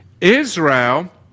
Israel